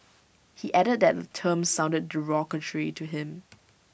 he added that term sounded derogatory to him